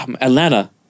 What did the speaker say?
Atlanta